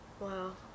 Wow